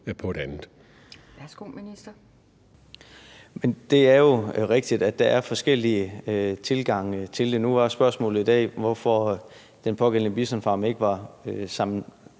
(Simon Kollerup): Det er jo rigtigt, at der er forskellige tilgange til det. Nu var spørgsmålet i dag, hvorfor den pågældende bisonfarm ikke var at sammenligne